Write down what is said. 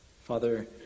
Father